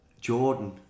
Jordan